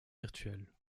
virtuels